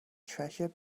treasure